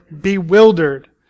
bewildered